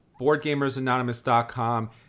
BoardGamersAnonymous.com